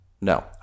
No